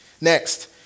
Next